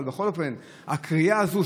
אבל בכל אופן הקריאה הזאת,